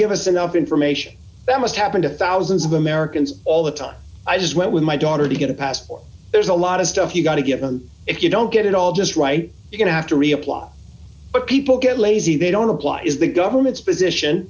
give us enough information that must happen to thousands of americans all the time i just went with my daughter to get a passport there's a lot of stuff you've got to give and if you don't get it all just right we're going to have to reapply but people get lazy they don't apply is the government's position